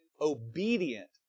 obedient